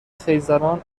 خیزران